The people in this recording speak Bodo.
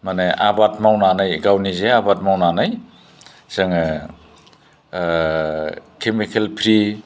माने आबाद मावनानै गावनि जे आबाद मावनानै जोङो केमिकेल फ्रि